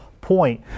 point